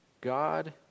God